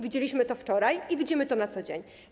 Widzieliśmy to wczoraj i widzimy to na co dzień.